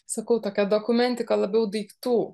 sakau tokia dokumentika labiau daiktų